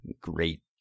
great